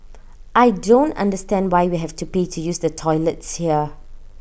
I don't understand why we have to pay to use the toilets here